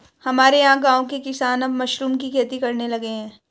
हमारे यहां गांवों के किसान अब मशरूम की खेती करने लगे हैं